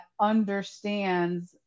understands